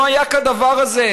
לא היה כדבר הזה.